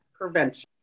prevention